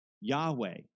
Yahweh